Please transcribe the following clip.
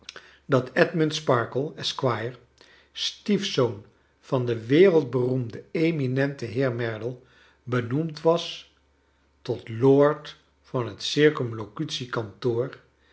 dat edmund sparkler esquire stiefzoon van den wereldberoemden eminenten heer merdle benoemd was tot lord van het